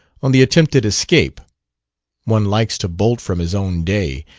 on the attempted escape one likes to bolt from his own day,